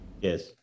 Yes